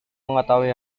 mengetahui